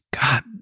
God